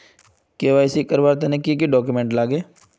KYC करवार तने की की डॉक्यूमेंट लागे?